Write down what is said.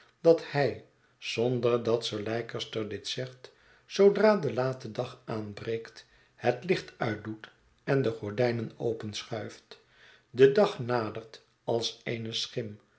dat hij zonder dat sir leicester dit zegt zoodra de late dag aanbreekt het licht uitdoet en de gordijnen openschuift de dag nadert als